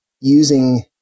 using